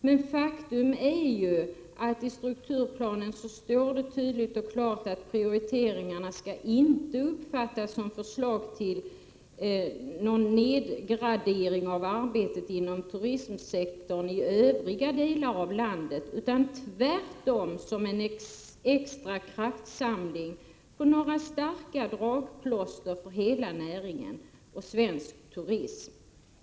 Men faktum är att det står tydligt och klart i strukturplanen att prioriteringarna inte skall uppfattas som förslag till någon nedgradering av arbetet inom turismsektorn i övriga delar av landet utan tvärtom som en extra kraftsamling på några starka dragplåster för hela näringen och svensk turism.